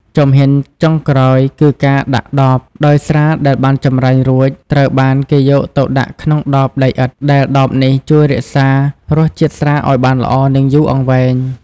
ជំហានចុងក្រោយគឺ ការដាក់ដប ដោយស្រាដែលបានចម្រាញ់រួច ត្រូវបានគេយកទៅដាក់ក្នុងដបដីឥដ្ឋ ដែលដបនេះជួយរក្សារសជាតិស្រាឱ្យបានល្អ និងយូរអង្វែង។